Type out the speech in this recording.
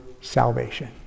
salvation